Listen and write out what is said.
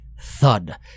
Thud